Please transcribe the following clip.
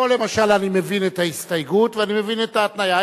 פה למשל אני מבין את ההסתייגות ואני מבין את ההתניה.